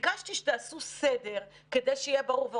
ביקשתי שתעשו סדר כדי שיהיה ברור.